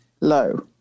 low